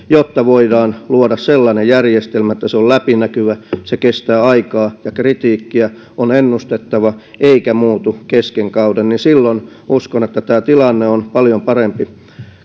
jotta voidaan luoda sellainen järjestelmä että se on läpinäkyvä se kestää aikaa ja kritiikkiä on ennustettava eikä muutu kesken kauden silloin uskon että tämä tilanne on paljon parempi